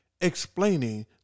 explaining